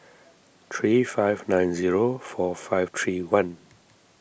three five nine zero four five three one